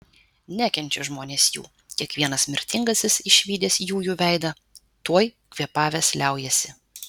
nekenčia žmonės jų kiekvienas mirtingasis išvydęs jųjų veidą tuoj kvėpavęs liaujasi